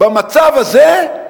במצב הזה,